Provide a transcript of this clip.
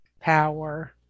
power